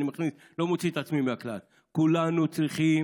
אני לא מוציא את עצמי מהכלל: כולנו צריכים